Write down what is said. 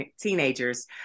teenagers